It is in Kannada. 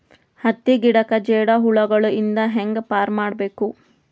ಹತ್ತಿ ಗಿಡಕ್ಕೆ ಜೇಡ ಹುಳಗಳು ಇಂದ ಹ್ಯಾಂಗ್ ಪಾರ್ ಮಾಡಬೇಕು?